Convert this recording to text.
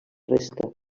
resta